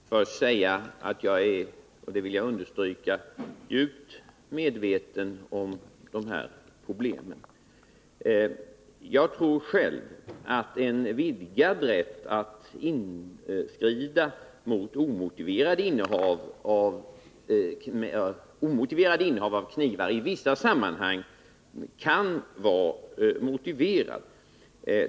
Herr talman! Jag vill först säga — och jag vill understryka det — att jag är djupt medveten om de här problemen. Jag tror själv att det kan finnas fog för en vidgad rätt att inskrida mot omotiverade innehav av knivar i vissa sammanhang.